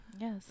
Yes